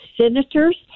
Senators